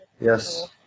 Yes